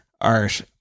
art